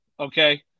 Okay